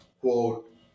quote